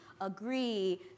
agree